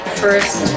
first